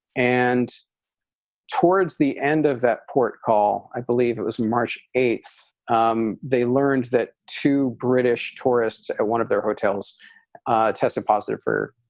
and towards the end of that port call. i believe it was march eighth, um they learned that two british tourists at one of their hotels tested positive for